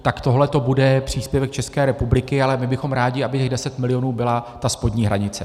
Tak tohle bude příspěvek České republiky, ale my bychom rádi, aby těch 10 milionů byla ta spodní hranice.